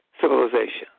Civilization